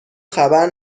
خبر